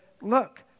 look